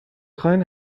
خواین